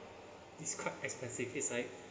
described expensive is like